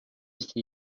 всі